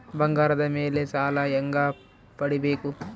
ಬಂಗಾರದ ಮೇಲೆ ಸಾಲ ಹೆಂಗ ಪಡಿಬೇಕು?